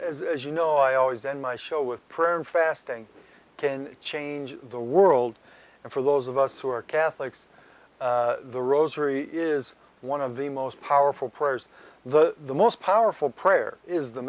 but as you know i always end my show with prayer and fasting can change the world and for those of us who are catholics the rosary is one of the most powerful prayers the most powerful prayer is the